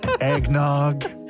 Eggnog